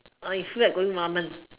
I feel like going ramen